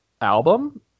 album